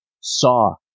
Saw